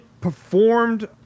performed